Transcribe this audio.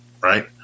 right